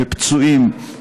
בפצועים,